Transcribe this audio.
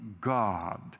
god